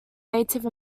native